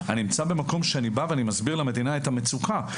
אני נמצא במקום שאני בא ומסביר למדינה את המצוקה,